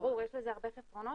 יש לזה הרבה חסרונות.